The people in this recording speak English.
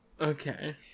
Okay